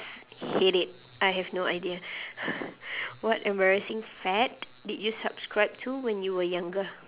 hate it I have no idea what embrassing fad did you subscribe to when you were younger